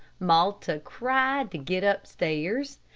malta cried to get upstairs,